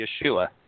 yeshua